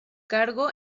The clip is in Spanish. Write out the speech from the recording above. cargo